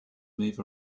move